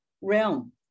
realm